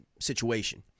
situation